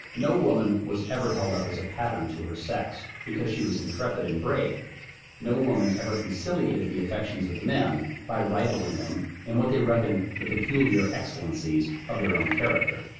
no woman was ever held up as a pattern to her sex, because she was intrepid and brave no woman ever conciliated the affections of the men, by rivalling them in what they reckon the peculiar excellencies of their own character.